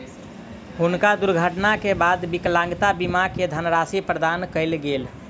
हुनका दुर्घटना के बाद विकलांगता बीमा के धनराशि प्रदान कयल गेल